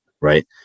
Right